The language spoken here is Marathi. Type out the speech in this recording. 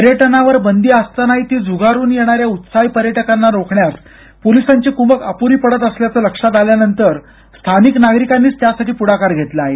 पर्यटनावर बंदी असतानाही ती झुगारून येणाऱ्या उत्साही पर्यटकांना रोखण्यास पोलिसांची कुमक अपुरी पडत असल्याचं लक्षात आल्यानंतर स्थानिक नागरिकांनीच त्यासाठी पुढाकार घेतला आहे